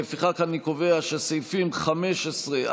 לפיכך אני קובע שסעיפים 15 24,